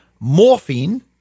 Morphine